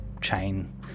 chain